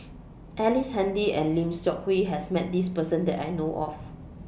Ellice Handy and Lim Seok Hui has Met This Person that I know of